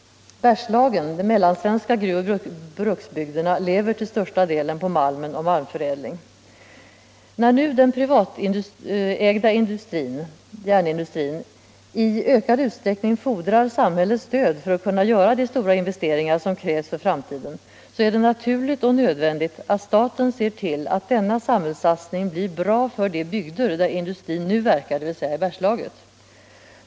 Bergslagen, de mellansvenska gruvoch bruksbygderna, lever till största delen på malmen och malmförädling. När nu den privatägda järnindustrin i ökad utsträckning fordrar samhällets stöd för att kunna göra de stora investeringar som krävs för framtiden är det naturligt och nödvändigt att staten ser till att denna samhällssatsning blir bra för de bygder där industrin nu verkar, dvs. i Bergslagen.